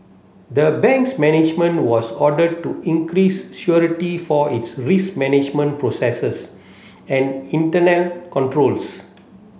the bank's management was ordered to increase for its risk management processes and internal controls